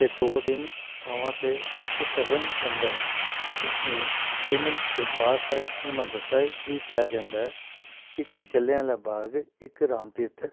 ਅਤੇ ਦੋ ਤਿੰਨ ਥਾਵਾਂ 'ਤੇ ਇੱਕ ਸਰਵਨ ਮੰਦਰ ਹੈ ਜਿਸ ਨੂੰ ਜਿਹਨੂੰ ਦਰਬਾਰ ਸਾਹਿਬ ਹਰਿਮੰਦਰ ਸਾਹਿਬ ਵੀ ਕਿਹਾ ਜਾਂਦਾ ਹੈ ਇੱਕ ਜਲ੍ਹਿਆਂ ਵਾਲਾ ਬਾਗ ਇੱਕ ਰਾਮ ਤੀਰਥ